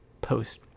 post